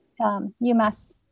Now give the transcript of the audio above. UMass